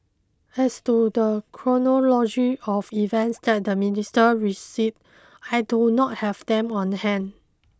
as to the chronology of events that the minister receipt I do not have them on hand